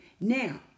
Now